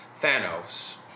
thanos